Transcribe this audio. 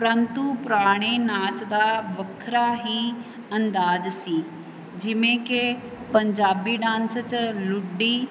ਪ੍ਰੰਤੂ ਪੁਰਾਣੇ ਨਾਚ ਦਾ ਵੱਖਰਾ ਹੀ ਅੰਦਾਜ ਸੀ ਜਿਵੇਂ ਕਿ ਪੰਜਾਬੀ ਡਾਂਸ 'ਚ ਲੁੱਡੀ